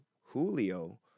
Julio